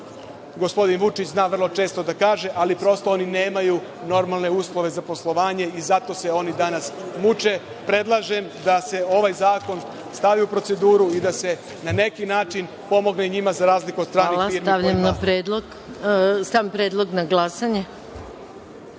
gospodin Vučić zna vrlo često da kaže, ali prosto, oni nemaju normalne uslove za poslovanje i zato se oni danas muče. Predlažem da se ovaj zakon stavi u proceduru i da se na neki način pomogne njima, za razliku od stranih firmi kojima… **Maja Gojković** Hvala. Stavljam predlog na